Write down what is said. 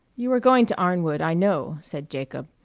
you are going to arnwood, i know, said jacob,